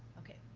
okay,